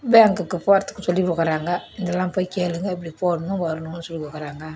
பேங்குக்கு போகறத்துக்கு சொல்லிக் கொடுக்கறாங்க இதெல்லாம் போய் கேளுங்கள் இப்படி போடணும் வரணுன்னு சொல்லிக் கொடுக்கறாங்க